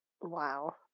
Wow